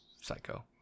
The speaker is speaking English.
psycho